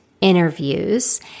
interviews